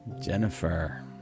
Jennifer